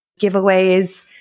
giveaways